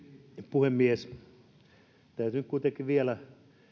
puhemies täytyy nyt kuitenkin vielä